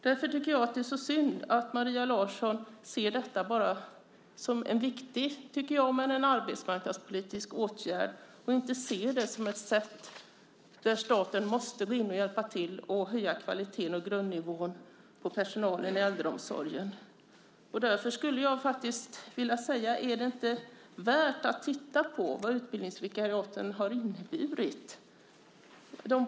Därför är det så synd att Maria Larsson ser detta som en viktig men enbart arbetsmarknadspolitisk åtgärd och inte ser att staten måste gå in och hjälpa till att höja kvaliteten och grundnivån på personalen i äldreomsorgen. Är det inte värt att titta på de positiva resultat som utbildningsvikariaten har gett?